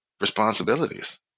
responsibilities